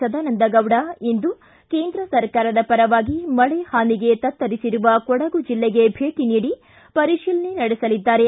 ಸದಾನಂದ ಗೌಡ ಇಂದು ಕೇಂದ್ರ ಸರಕಾರದ ಪರವಾಗಿ ಮಳೆ ಹಾನಿಗೆ ತತ್ತರಿಸಿರುವ ಕೊಡಗು ಜಿಲ್ಲೆಗೆ ಭೇಟಿ ನೀಡಿ ಪರೀಶಿಲನೆ ನಡೆಸಲಿದ್ದಾರೆ